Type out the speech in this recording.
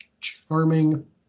charming